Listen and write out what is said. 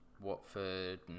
Watford